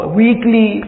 weekly